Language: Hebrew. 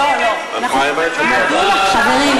גברתי היושבת-ראש, יש פה זלזול, חברים,